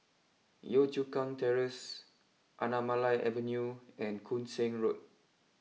Yio Chu Kang Terrace Anamalai Avenue and Koon Seng Road